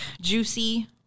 juicy